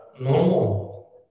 normal